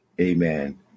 Amen